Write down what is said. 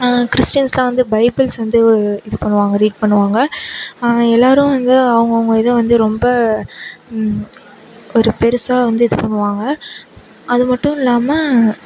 கிறிஸ்டின்ஸ்லாம் வந்து பைபிள்ஸ் வந்து இது பண்ணுவாங்க ரீட் பண்ணுவாங்க அவை எல்லோரும் வந்து அவங்கவுங்க இதை வந்து ரொம்ப ஒரு பெருசாக வந்து இது பண்ணுவாங்க அது மட்டும் இல்லாமல்